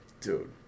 Dude